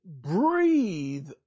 breathe